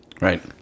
Right